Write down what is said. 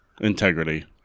integrity